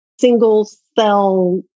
single-cell